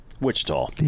Wichita